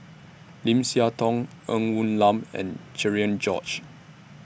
Lim Siah Tong Ng Woon Lam and Cherian George